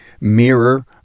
mirror